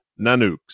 Nanooks